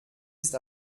ist